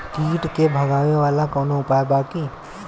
कीट के भगावेला कवनो उपाय बा की?